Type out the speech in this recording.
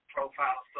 Profile